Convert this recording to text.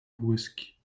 błyski